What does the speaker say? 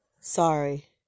Sorry